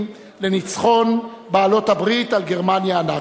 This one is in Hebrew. לניצחון בעלות-הברית על גרמניה הנאצית.